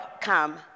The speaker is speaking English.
come